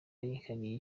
yihariye